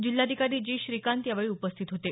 जिल्हाधिकारी जी श्रीकांत यावेळी उपस्थित होते